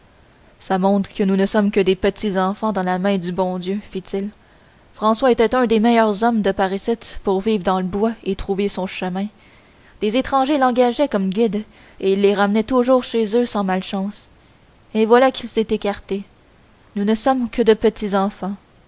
ça montre que nous ne sommes que de petits enfants dans la main du bon dieu fit-il françois était un des meilleurs hommes de par icitte pour vivre dans le bois et trouver son chemin des étrangers l'engageaient comme guide et il les ramenait toujours chez eux sans malchance et voilà qu'il s'est écarté nous ne sommes que de